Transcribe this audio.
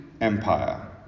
empire